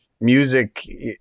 Music